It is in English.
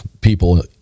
people